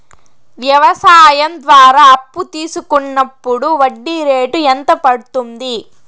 వ్యవసాయం ద్వారా అప్పు తీసుకున్నప్పుడు వడ్డీ రేటు ఎంత పడ్తుంది